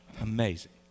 Amazing